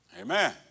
Amen